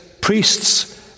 priests